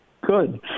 Good